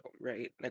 right